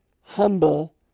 humble